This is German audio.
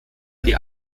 die